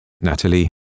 Natalie